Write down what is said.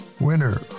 winner